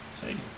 See